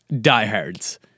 diehards